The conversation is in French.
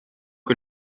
que